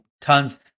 tons